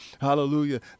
Hallelujah